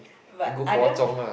but I don't